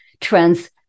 trends